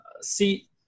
see